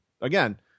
again